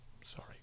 Sorry